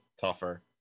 tougher